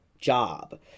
job